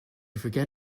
forget